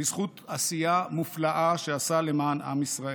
בזכות עשייה מופלאה שעשה למען עם ישראל.